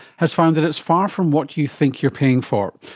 has found that it is far from what you think you are paying for.